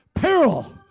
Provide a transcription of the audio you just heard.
peril